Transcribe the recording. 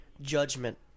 judgment